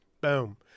boom